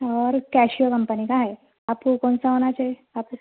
اور Casio company کا ہے آپ کو کون سا ہونا چاہیے